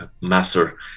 master